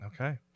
Okay